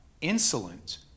insolent